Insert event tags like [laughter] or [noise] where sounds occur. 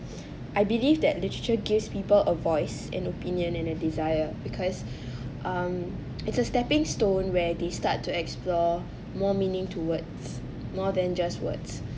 I believe that literature gives people a voice an opinion and a desire because [breath] um it's a stepping stone where they start to explore more meaning towards more than just words